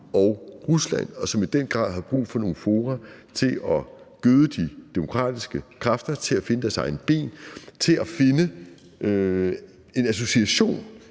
og Rusland, og som i den grad har brug for nogle fora til at gøde de demokratiske kræfter, til at finde deres egne ben, til at finde en association